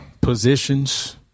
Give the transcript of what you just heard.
positions